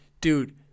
dude